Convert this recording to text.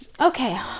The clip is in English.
Okay